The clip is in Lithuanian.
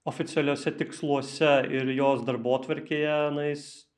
oficialiuose tiksluose ir jos darbotvarkėje na jis